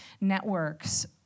networks